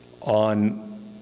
on